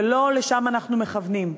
ולא לשם אנחנו מכוונים,